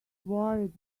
worried